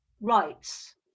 rights